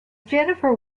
jennifer